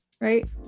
right